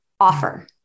offer